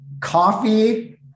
Coffee